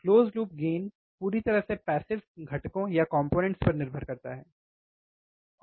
close loop gain पूरी तरह से पैसिव घटकों पर निर्भर करता है सही